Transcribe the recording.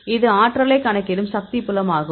இது ஆற்றலைக் கணக்கிடும் சக்தி புலம் ஆகும்